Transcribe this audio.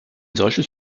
solches